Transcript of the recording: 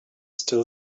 still